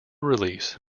release